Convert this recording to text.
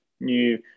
new